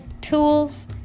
tools